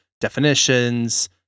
definitions